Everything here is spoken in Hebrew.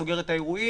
סוגר את האירועים,